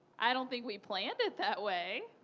i don't think we planned it that way.